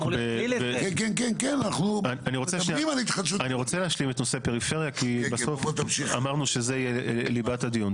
אני רוצה להשלים את נושא פריפריה כי בסוף אמרנו שזה יהיה ליבת הדיון.